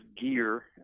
gear